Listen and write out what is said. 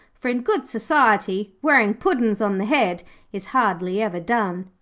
for in good society wearing puddin's on the head is hardly ever done.